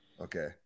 Okay